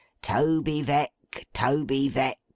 toby veck, toby veck,